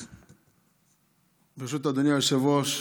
ברשות אדוני היושב-ראש,